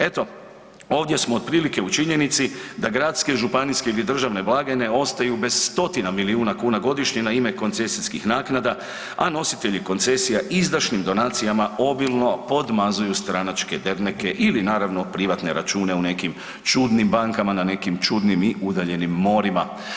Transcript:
Eto ovdje smo otprilike u činjenici da gradske, županijske ili državne blagajne ostaju bez stotina milijuna kuna godišnje na ime koncesijskih naknada, a nositelji koncesija izdašnim donacijama obilno podmazuju stranačke derneke ili naravno privatne račune u nekim čudnim bankama na nekim čudnim i udaljenim morima.